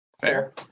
Fair